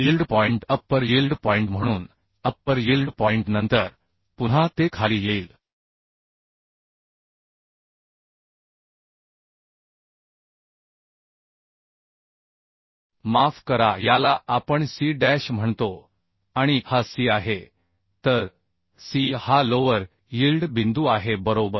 yield point upper म्हणून नंतर पुन्हा ते खाली येईल माफ करा याला आपण C डॅश म्हणतो आणि हा C आहे तर C हा लोवर यिल्ड बिंदू आहे बरोबर